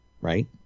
right